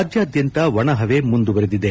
ರಾಜ್ಯಾದ್ಯಂತ ಒಣಪವೆ ಮುಂದುವರೆದಿದೆ